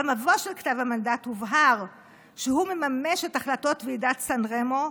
במבוא של כתב המנדט הובהר שהוא מממש את החלטות ועידת סן רמו,